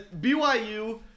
BYU